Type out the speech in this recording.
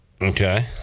okay